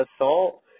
assault